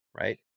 right